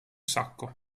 sacco